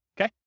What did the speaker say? okay